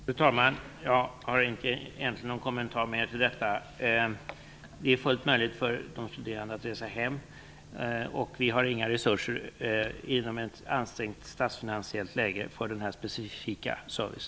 Fru talman! Jag har egentligen ingen annan kommentar till detta än att det är fullt möjligt för de studerande att resa hem. Vi har inga resurser i ett statsfinansiellt ansträngt läge för denna specifika service.